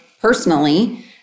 personally